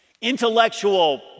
Intellectual